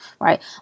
right